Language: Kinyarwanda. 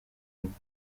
rugo